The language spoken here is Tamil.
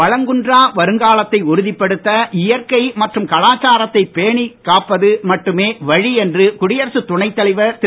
வளங்குன்றா வருங்காலத்தை உறுதிப்படுத்த இயற்கை மற்றும் கலாச்சாரத்தை பேணிக் காப்பது மட்டுமே வழி என்று குடியரசுத் துணைத் தலைவர் திரு